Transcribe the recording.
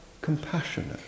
Compassionate